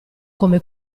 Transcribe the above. come